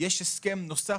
יש הסכם נוסף,